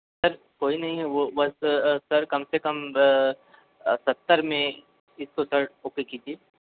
sir कोई नहीं है वो बस सर कम से कम सत्तर में इसको सर ओके कीजिये